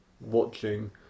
watching